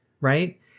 Right